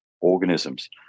organisms